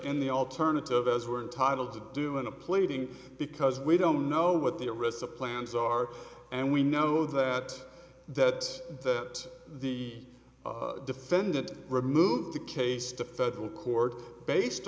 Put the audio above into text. in the alternative as we're entitled to do in a plating because we don't know what the arista plans are and we know that that that the defendant removed the case to federal court based